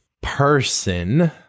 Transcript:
person